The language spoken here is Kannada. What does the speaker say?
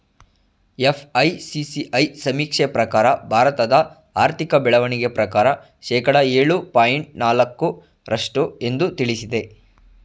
ಎಫ್.ಐ.ಸಿ.ಸಿ.ಐ ಸಮೀಕ್ಷೆ ಪ್ರಕಾರ ಭಾರತದ ಆರ್ಥಿಕ ಬೆಳವಣಿಗೆ ಪ್ರಕಾರ ಶೇಕಡ ಏಳು ಪಾಯಿಂಟ್ ನಾಲಕ್ಕು ರಷ್ಟು ಎಂದು ತಿಳಿಸಿದೆ